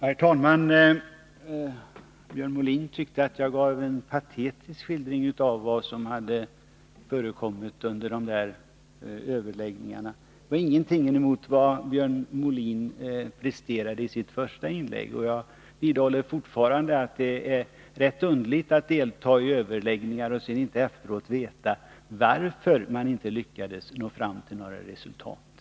Herr talman! Björn Molin tyckte att jag gav en patetisk skildring av vad som hade förekommit under överläggningarna. Ingenting går upp emot vad Björn Molin presterade i sitt första inlägg. Jag vidhåller fortfarande att det är underligt att man deltar i en överläggning och efteråt inte vet varför man inte lyckats nå fram till några resultat.